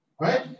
Right